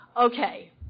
Okay